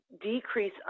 decrease